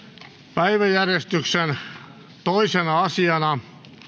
päiväjärjestyksen toisena asiana